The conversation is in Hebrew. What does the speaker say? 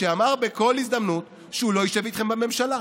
שאמר בכל הזדמנות שהוא לא ישב איתכם בממשלה.